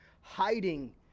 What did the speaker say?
hiding